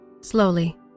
Slowly